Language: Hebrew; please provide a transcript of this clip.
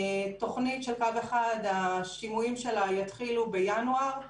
תוכנית של קו אחד, השימועים שלה יתחילו בינואר,